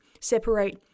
separate